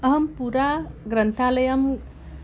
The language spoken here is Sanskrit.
अहं पुरा ग्रन्थालयम्